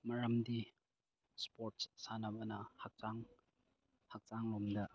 ꯃꯔꯝꯗꯤ ꯁ꯭ꯄꯣꯔꯠ ꯁꯥꯟꯅꯕꯅ ꯍꯛꯆꯥꯡ ꯍꯛꯆꯥꯡ ꯂꯣꯝꯗ